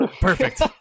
Perfect